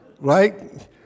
right